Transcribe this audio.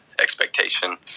expectation